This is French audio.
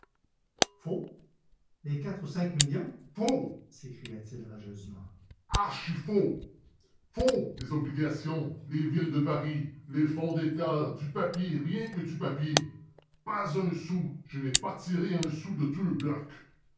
les quatre ou cinq millions faux s'écria-t-il rageusement archi faux les obligations les villes de paris les fonds d'état du papier rien que du papier pas un sou je n'ai pas tiré un sou de tout le bloc